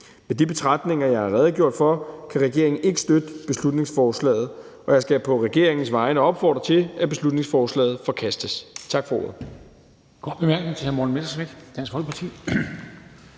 Med de betragtninger, jeg har redegjort for, kan regeringen ikke støtte beslutningsforslaget, og jeg skal på regeringens vegne opfordre til, at beslutningsforslaget forkastes. Tak for ordet.